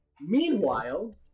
Meanwhile